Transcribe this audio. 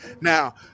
Now